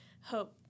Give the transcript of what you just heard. hope